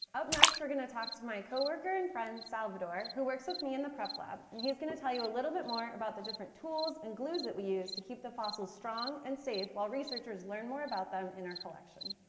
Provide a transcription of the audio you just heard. up next, we're going to talk to my coworker and friend salvador, who works with me in the prep lab. and he's going to tell you a little bit more about the different tools and glues that we use to keep the fossils strong and safe while researchers learn more about them in our collection.